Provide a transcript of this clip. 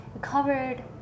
covered